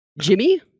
Jimmy